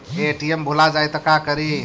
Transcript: ATM भुला जाये त का करि?